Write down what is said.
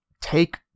take